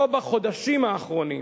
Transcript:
או בחודשים האחרונים,